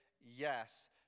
yes